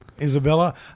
Isabella